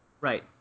Right